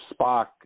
Spock